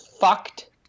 fucked